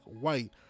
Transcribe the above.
white